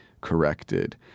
corrected